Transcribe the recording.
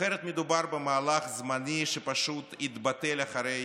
אחרת, מדובר במהלך זמני, שפשוט יתבטל אחרי